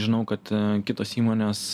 žinau kad kitos įmonės